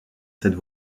cette